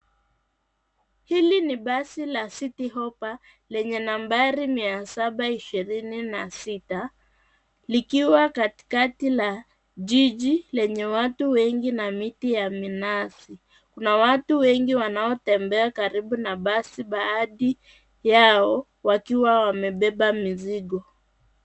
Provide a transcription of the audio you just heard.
Hili ni basi la Citi hoppa lenye nambari 726, likiwa katikati la jiji lenye watu na miti ya minazi. Kuna watu wengi wanaotembea karibu na basi, baadhi yao wakiwa wamebeba mizigo.